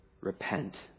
repent